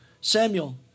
Samuel